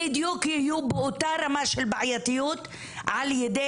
בדיוק יהיו באותה רמה של בעייתיות בהעברת